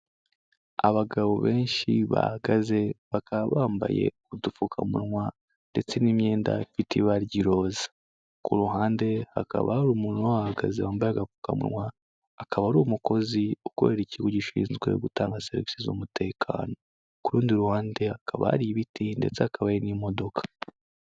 Abagabo benshi bahagaze bakaba bambaye udupfukamunwa ndetse n'imyenda ifite iba ry'iroza, ku ruhande hakaba hari umuntu uhahagaze wambaye agamunwa, akaba ari umukozi ukorera ikigo gishinzwe gutanga serivisi z'umutekano, ku rundi ruhande hakaba hari ibiti ndetse hakaba hari n'imodoka.